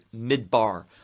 midbar